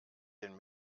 den